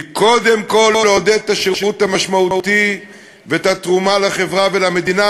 היא קודם כול לעודד את השירות המשמעותי ואת התרומה לחברה ולמדינה,